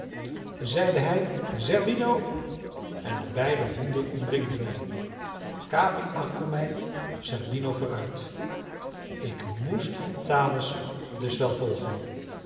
zeide hij zerbino en de beide honden omringden mij capi achter mij zerbino vooruit ik moest vitalis dus wel volgen